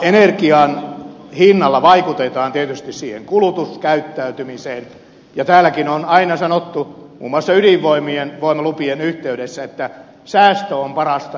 energian hinnalla vaikutetaan tietysti kulutuskäyttäytymiseen ja täälläkin on aina sanottu muun muassa ydinvoimalupien yhteydessä että säästö on parasta energiapolitiikkaa